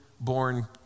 born